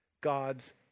God's